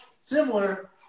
similar